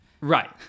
Right